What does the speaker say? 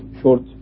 short